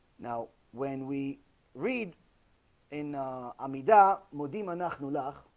now when we read in amida mo demon ah and allah